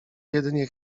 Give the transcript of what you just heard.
jedynie